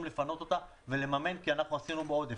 לפנות אותה ולממן כי אנחנו עשינו בעודף.